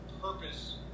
purpose